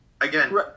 Again